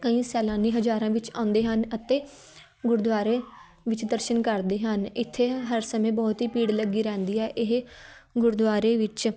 ਕਈ ਸੈਲਾਨੀ ਹਜ਼ਾਰਾਂ ਵਿੱਚ ਆਉਂਦੇ ਹਨ ਅਤੇ ਗੁਰਦੁਆਰੇ ਵਿੱਚ ਦਰਸ਼ਨ ਕਰਦੇ ਹਨ ਇੱਥੇ ਹਰ ਸਮੇਂ ਬਹੁਤ ਹੀ ਭੀੜ ਲੱਗੀ ਰਹਿੰਦੀ ਹੈ ਇਹ ਗੁਰਦੁਆਰੇ ਵਿੱਚ